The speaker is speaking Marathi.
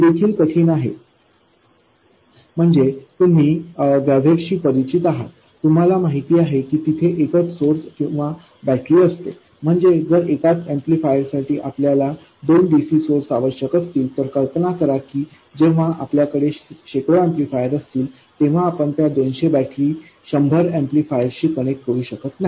हे देखील कठीण आहे म्हणजे तुम्ही गॅझेटशी परिचित आहात तुम्हाला माहित आहे की तिथे एकच सोर्स किंवा बॅटरी असते म्हणजे जर एकाच ऍम्प्लिफायरसाठी आपल्याला दोन डीसी सोर्स आवश्यक असतील तर कल्पना करा की जेव्हा आपल्याकडे शेकडो ऍम्प्लिफायर असतील तेव्हा आपण त्या दोनशे बॅटरी शंभर एम्पलीफायर्ससाठी कनेक्ट करू शकत नाही